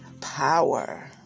power